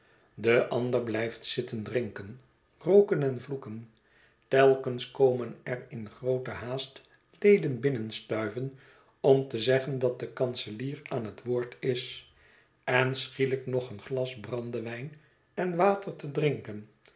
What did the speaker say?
de ander blijft zitten drinken rooken en vloeken telkenskomen er in groote haast leden binnenstuiven om te zeggen dat de kanselier aan het woord is en schielijk nog een glas brandewijn en water te drinken